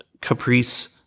Caprice